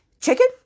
Chicken